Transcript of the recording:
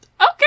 Okay